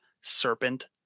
serpent